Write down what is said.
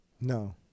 No